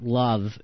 love